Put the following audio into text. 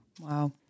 Wow